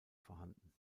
vorhanden